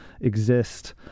exist